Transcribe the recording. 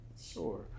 sure